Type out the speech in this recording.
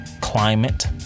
climate